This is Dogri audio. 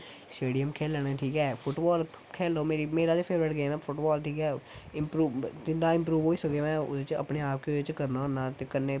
स्टेडियम खेलन ठीक ऐ फुट बाल खेलो मेरी मेरा ते फेवरट गेम ऐ फुट बाल ठीक ऐ इंप्रूव जिन्ना इंप्रूव होई सकै में ओह्दे च अपने आप गी ओह्दे च करना होन्ना ते कन्नै